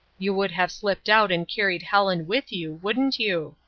you would have slipped out and carried helen with you wouldn't you?